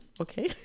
okay